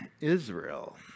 Israel